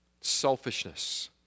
selfishness